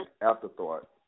afterthought